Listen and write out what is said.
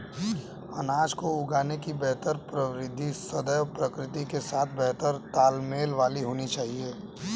अनाज को उगाने की बेहतर प्रविधि सदैव प्रकृति के साथ बेहतर तालमेल वाली होनी चाहिए